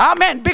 Amen